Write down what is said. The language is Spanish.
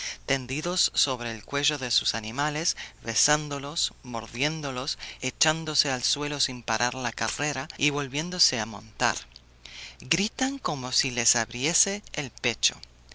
tendidos sobre el cuello de sus animales besándolos mordiéndolos echándose al suelo sin parar la carrera y volviéndose a montar gritan como si se les abriese el pecho